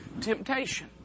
temptation